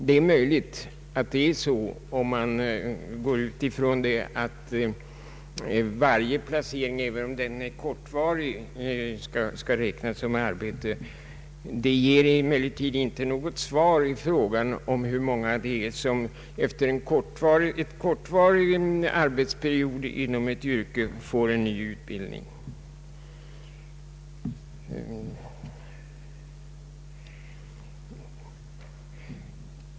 Det är möjligt att det är så, om man går ut ifrån att varje placering — även om den är kortvarig — skall räknas såsom arbete. Det ger emellertid inte något svar på frågan om hur många det är som efter kortvarig arbetsperiod inom ett yrke får ny utbildning.